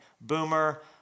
Boomer